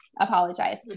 apologize